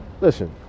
listen